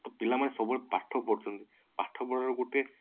ତ ପିଲାମାନେ ସବୁବେଳେ ପାଠ ପଢ଼଼ୁଛନ୍ତି ପାଠ ପଢ଼ାରେ ଗୋଟେ